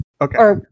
Okay